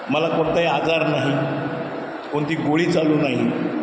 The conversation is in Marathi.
मला कोणताही आजार नाही कोणती गोळी चालू नाही